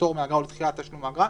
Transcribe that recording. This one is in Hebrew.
לפטור מאגרה או לדחיית תשלום מאגרה,